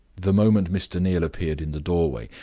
the moment mr. neal appeared in the doorway,